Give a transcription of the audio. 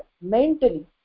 mentally